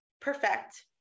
perfect